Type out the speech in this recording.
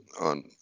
on